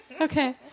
Okay